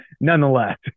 nonetheless